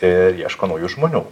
ir ieško naujų žmonių